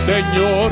¡Señor